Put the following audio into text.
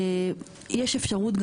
יש גם אפשרות,